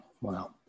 Wow